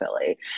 Philly